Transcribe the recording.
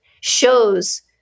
shows